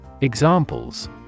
Examples